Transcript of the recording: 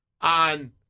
on